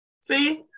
see